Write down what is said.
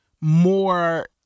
more